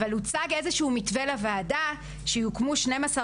אבל הוצג איזשהו מתווה לוועדה שבמסגרתו יוקמו 12